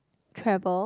travel